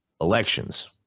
elections